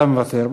אתה מוותר.